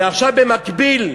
ועכשיו, במקביל,